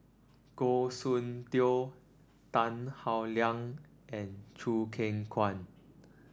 Goh Soon Tioe Tan Howe Liang and Choo Keng Kwang